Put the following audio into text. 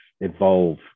evolve